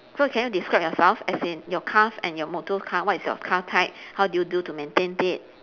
so can you describe yourself as in your cars and your motor car what is your car type how do you do to maintain it